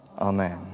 Amen